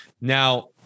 Now